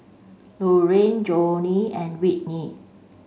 Lurline Jonnie and Whitney